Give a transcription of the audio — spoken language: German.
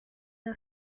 der